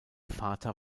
vater